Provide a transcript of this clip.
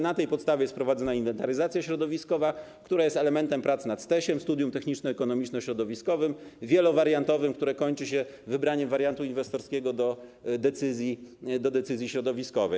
Na tej podstawie jest prowadzona inwentaryzacja środowiskowa, która jest elementem prac nad STEŚ - studium techniczno-ekonomiczno-środowiskowym, wielowariantowym, które kończy się wybraniem wariantu inwestorskiego do decyzji środowiskowej.